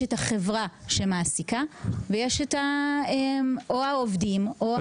החברה שמעסיקה והעובדים או המטופלים.